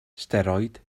steroid